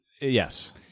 Yes